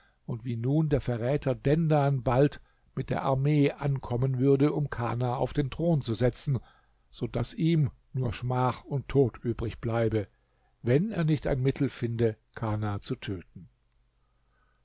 und wie nun der verräter dendan bald mit der armee ankommen würde um kana auf den thron zu setzen so daß ihm nur schmach und tod übrig bleibe wenn er nicht ein mittel finde kana zu töten